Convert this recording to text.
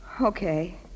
Okay